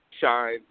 shine